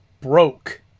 broke